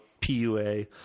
PUA